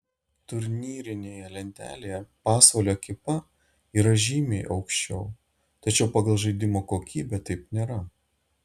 turnyrinėje lentelėje pasvalio ekipa yra žymiai aukščiau tačiau pagal žaidimo kokybę taip nėra